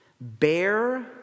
Bear